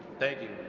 thank you.